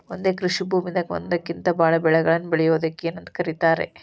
ಒಂದೇ ಕೃಷಿ ಭೂಮಿದಾಗ ಒಂದಕ್ಕಿಂತ ಭಾಳ ಬೆಳೆಗಳನ್ನ ಬೆಳೆಯುವುದಕ್ಕ ಏನಂತ ಕರಿತಾರೇ?